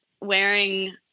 wearing